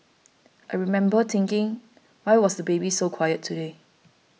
I remember thinking why was the baby so quiet today